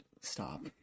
stop